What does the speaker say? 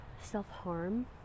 self-harm